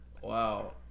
wow